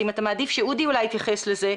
אם אתה מעדיף שאודי יתייחס לזה,